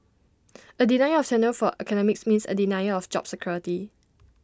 A denial of tenure for academics means A denial of job security